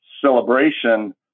celebration